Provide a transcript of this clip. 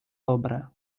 dobre